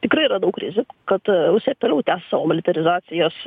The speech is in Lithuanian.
tikrai yra daug krizių kad rusija toliau tęs savo militarizacijos